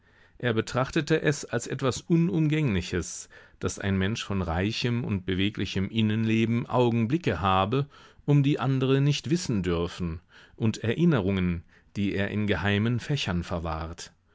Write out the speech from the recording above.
er betrachtete es als etwas unumgängliches daß ein mensch von reichem und beweglichem innenleben augenblicke habe um die andere nicht wissen dürfen und erinnerungen die er in geheimen fächern verwahrt